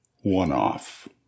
one-off